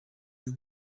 deux